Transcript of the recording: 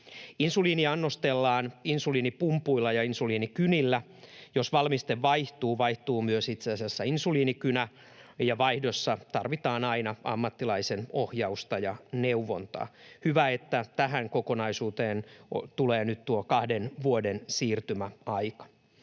Insuliini annostellaan insuliinipumpuilla ja insuliinikynillä. Jos valmiste vaihtuu, vaihtuu myös itse asiassa insuliinikynä, ja vaihdossa tarvitaan aina ammattilaisen ohjausta ja neuvontaa. Hyvä, että tähän kokonaisuuteen tulee nyt tuo kahden vuoden siirtymäaika.